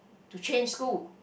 to change school